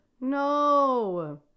No